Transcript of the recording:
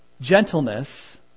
gentleness